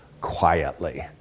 quietly